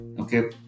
Okay